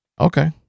Okay